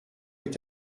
est